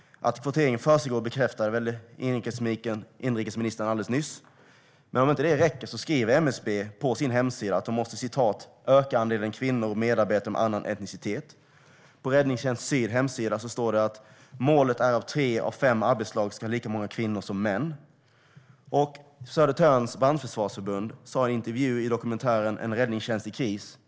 Att kvotering försiggår bekräftade väl inrikesministern alldeles nyss, men om inte det räcker kan jag ge några exempel. MSB skriver på sin hemsida att de måste öka andelen kvinnor och medarbetare med annan etnicitet. På Räddningstjänsten Syds hemsida står det: "Målet är att tre av fem arbetslag ska ha lika många kvinnor som män." Södertörns brandförsvarsförbund sa i en intervju i dokumentären En räddningstjänst i kris?